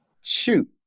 shoot